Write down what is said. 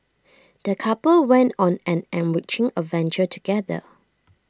the couple went on an enriching adventure together